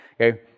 okay